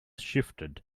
shifted